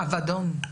לאבדון.